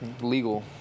Legal